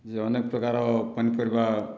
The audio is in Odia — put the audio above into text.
ଯେ ଅନେକ ପ୍ରକାର ପନି ପରିବା